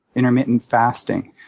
intermittent fasting.